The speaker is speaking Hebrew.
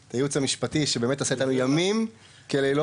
הייעוץ המשטי שבאמת עשה איתנו ימים כלילות,